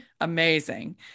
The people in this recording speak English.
amazing